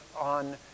on